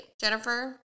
Jennifer